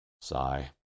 Sigh